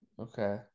Okay